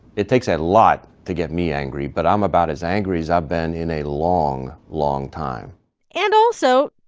it takes a lot to get me angry, but i'm about as angry as i've been in a long, long time and also,